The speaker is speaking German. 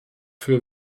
für